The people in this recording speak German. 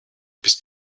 bis